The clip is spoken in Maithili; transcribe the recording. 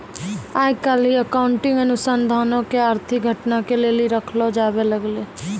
आइ काल्हि अकाउंटिंग अनुसन्धानो के आर्थिक घटना के लेली रखलो जाबै लागलै